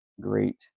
great